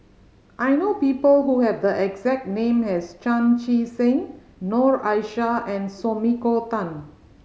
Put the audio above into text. I know people who have the exact name as Chan Chee Seng Noor Aishah and Sumiko Tan